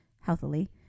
healthily